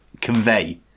convey